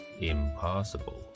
impossible